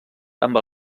amb